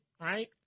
right